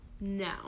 no